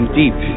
deep